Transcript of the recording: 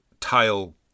tile